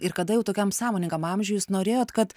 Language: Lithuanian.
ir kada jau tokiam sąmoningam amžiuj jūs norėjot kad